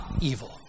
evil